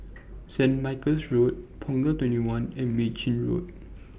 Saint Michael's Road Punggol twenty one and Mei Chin Road